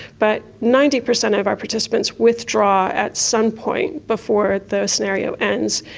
but ninety percent of our participants withdraw at some point before the scenario ends.